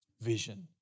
vision